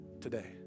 today